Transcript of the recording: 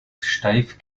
steif